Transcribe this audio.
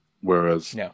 Whereas